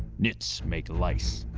nits make lice.